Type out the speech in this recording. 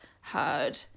heard